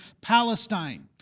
Palestine